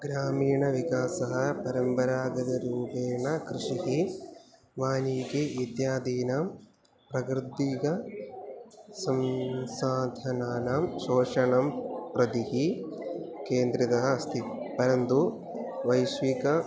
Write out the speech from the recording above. ग्रामीणविकासः परम्परागतरुपेण कृषिः वानिकी इत्यादीनां प्रकृत्तिकसंसाधनानां सोषणं प्रति केन्द्रितः अस्ति परन्तु वैश्विक